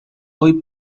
hoy